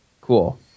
Cool